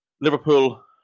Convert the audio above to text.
Liverpool